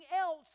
else